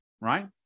right